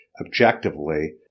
objectively